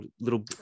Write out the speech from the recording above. little